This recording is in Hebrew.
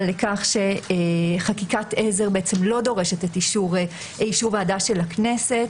לכך שחקיקת עזר בעצם לא דורשת אישור ועדה של הכנסת.